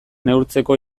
neurtzeko